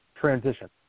transition